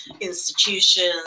institutions